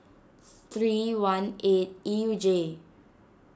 three one eight E U J